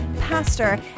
pastor